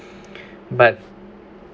but